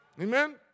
Amen